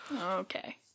Okay